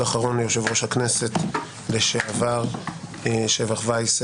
אחרון ליושב-ראש הכנסת לשעבר שבח וייס,